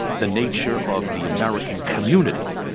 the nature of the american community,